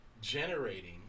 generating